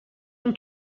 اون